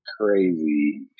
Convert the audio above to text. crazy